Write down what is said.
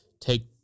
take